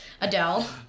Adele